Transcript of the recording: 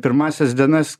pirmąsias dienas